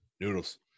Noodles